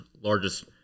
largest